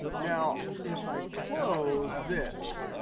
now, if i close this,